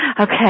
Okay